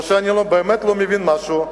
או שאני באמת לא מבין משהו,